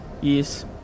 Yes